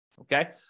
okay